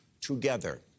together